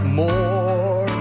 more